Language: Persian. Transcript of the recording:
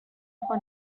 خود